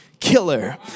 killer